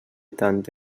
tant